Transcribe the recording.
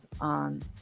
on